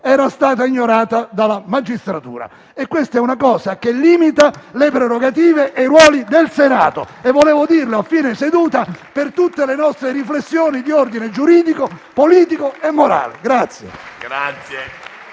era stata ignorata dalla magistratura. Questa è una cosa che limita le prerogative e i ruoli del Senato. Ho voluto dirlo a fine seduta, per tutte le nostre riflessioni di ordine giuridico, politico e morale.